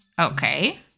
Okay